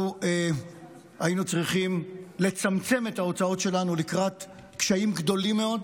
אנחנו היינו צריכים לצמצם את ההוצאות שלנו לקראת קשיים גדולים מאוד.